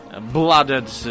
blooded